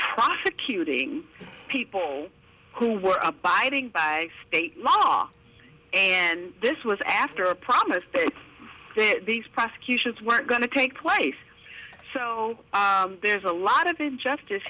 prosecuting people who were abiding by state law and this was after a promise these prosecutions weren't going to take place so there's a lot of injustice